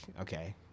okay